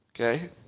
Okay